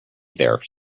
there